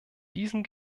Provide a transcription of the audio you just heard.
diesen